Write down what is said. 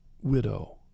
widow